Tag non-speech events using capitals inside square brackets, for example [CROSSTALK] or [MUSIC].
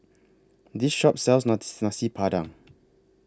This Shop sells [UNINTELLIGIBLE] Nasi Padang